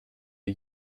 are